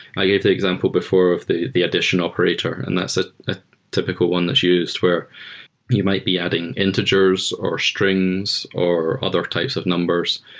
i gave the example before of the the addition operator, and that's a typical one that's used where you might be adding integers or strings or other types of numbers.